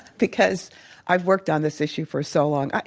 because i've worked on this issue for so long. ah